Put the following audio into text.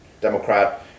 democrat